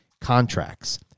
contracts